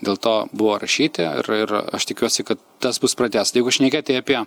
dėl to buvo rašyti ir ir aš tikiuosi kad tas bus pratęsta jeigu šnekėti apie